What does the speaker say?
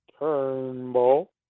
Turnbull